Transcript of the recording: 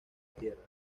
tierra